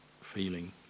feeling